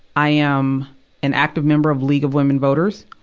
i am an active member of league of women voters.